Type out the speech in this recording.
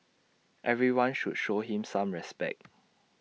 everyone should show him some respect